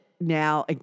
now